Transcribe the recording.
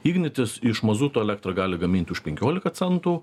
ignitis iš mazuto elektrą gali gaminti už penkiolika centų